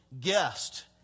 guest